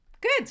Good